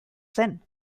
zen